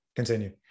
Continue